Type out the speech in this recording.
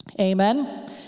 Amen